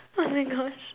oh my gosh